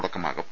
തുടക്കമാകും